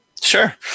Sure